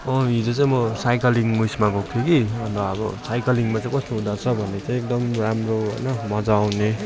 अँ हिजो चाहिँ म साइकलिङ म उयसमा गएको थिएँ कि अन्त अब साइकलिङमा चाहिँ कस्तो हुँदोरहेछ भन्दा चाहिँ एकदम राम्रो होइन मजा आउने